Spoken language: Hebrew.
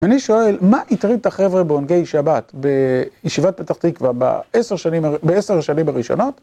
ואני שואל, מה הטריד את החבר'ה בעונגי שבת, בישיבת פתח תקווה, בעשר השנים הראשונות?